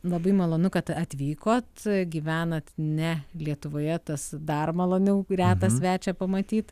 labai malonu kad atvykot gyvenat ne lietuvoje tas dar maloniau retą svečią pamatyt